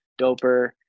doper